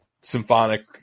symphonic